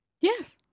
Yes